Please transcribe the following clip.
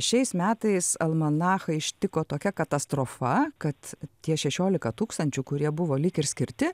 šiais metais almanachą ištiko tokia katastrofa kad tie šešiolika tūkstančių kurie buvo lyg ir skirti